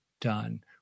done